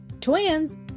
twins